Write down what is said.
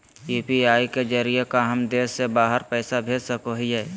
UPI के जरिए का हम देश से बाहर पैसा भेज सको हियय?